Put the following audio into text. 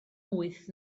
wyth